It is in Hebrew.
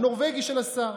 הנורבגי של השר.